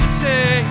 say